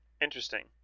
interesting